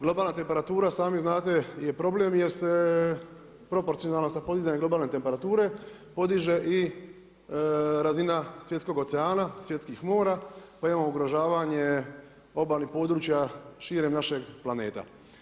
Globalna temperatura, sami znate, je problem jer se proporcionalno s podizanjem globalne temperature, podiže i razina svjetskog oceana, svjetskih mora, pa imamo ugrožavanje obalnih područja širem našeg planeta.